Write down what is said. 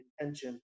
intention